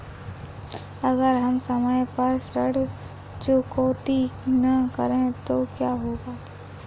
अगर हम समय पर ऋण चुकौती न करें तो क्या होगा?